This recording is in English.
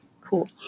Cool